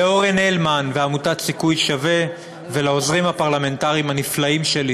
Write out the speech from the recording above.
לאורן הלמן ועמותת "סיכוי שווה"; ולעוזרים הפרלמנטריים הנפלאים שלי,